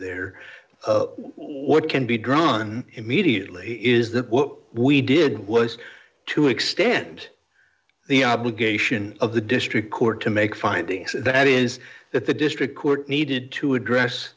what can be drawn immediately is that what we did was to extend the obligation of the district court to make findings that is that the district court needed to address